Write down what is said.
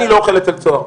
אני לא אוכֵל אצל צהר,